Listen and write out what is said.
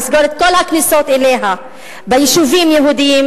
לסגור את כל הכניסות אליה ביישובים יהודיים,